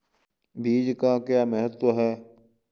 बीज का महत्व क्या है?